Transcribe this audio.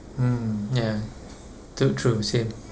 mm ya too true same